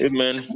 Amen